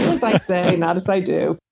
as i say, not as i do